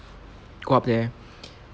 go up there